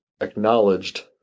acknowledged